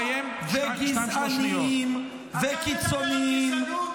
ועופר כסיף אותו דבר.